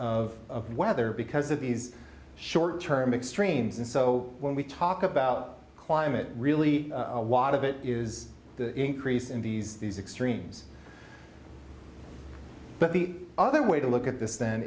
because of weather because of these short term extremes and so when we talk about climate really a lot of it is the increase in these these extremes but the other way to look at this th